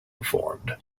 informed